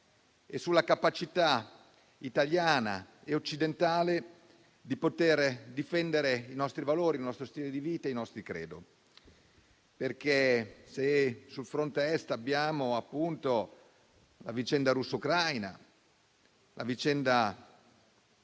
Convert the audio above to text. e sulla capacità italiana e occidentale di difendere i nostri valori, il nostro stile di vita e i nostri credo. Se sul fronte est abbiamo la vicenda russo-ucraina, la vicenda